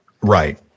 Right